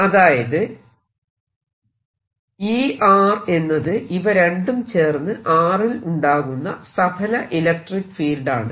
അതായത് E എന്നത് ഇവ രണ്ടും ചേർന്ന് r ൽ ഉണ്ടാകുന്ന സഫല ഇലക്ട്രിക്ക് ഫീൽഡ് ആണ്